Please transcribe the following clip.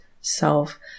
self